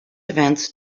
events